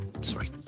sorry